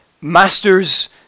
masters